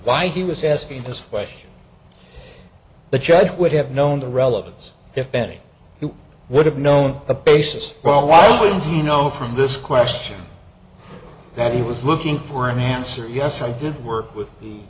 why he was asking this question the judge would have known the relevance if any who would have known the basis well why wouldn't he know from this question that he was looking for an answer yes i did work with the